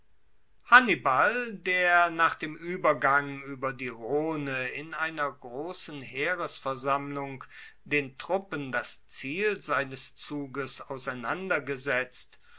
hannibal der nach dem uebergang ueber die rhone in einer grossen heeresversammlung den truppen das ziel seines zuges auseinandergesetzt